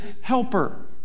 helper